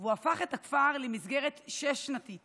הוא הפך את הכפר למסגרת שש-שנתית